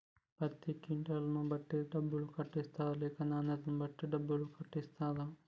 పత్తి క్వింటాల్ ను బట్టి డబ్బులు కట్టిస్తరా లేక నాణ్యతను బట్టి డబ్బులు కట్టిస్తారా?